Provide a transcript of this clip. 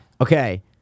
Okay